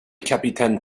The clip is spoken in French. capitaine